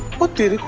what did